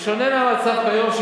בשונה מהמצב כיום,